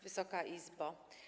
Wysoka Izbo!